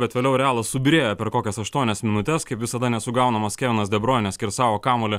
bet vėliau realas subyrėjo per kokias aštuonias minutes kaip visada nesugaunamas kevinas de broinas skersavo kamuolį